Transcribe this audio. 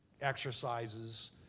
exercises